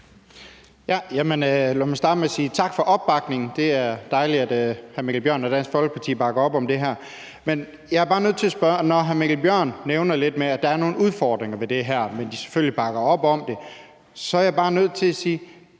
tak for opbakningen. Det er dejligt, at hr. Mikkel Bjørn og Dansk Folkeparti bakker op om det her. Når hr. Mikkel Bjørn nævner lidt om, at der er nogle udfordringer ved det her, men at de